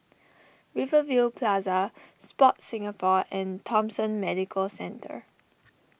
Rivervale Plaza Sport Singapore and Thomson Medical Centre